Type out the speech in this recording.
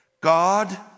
God